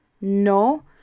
No